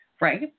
right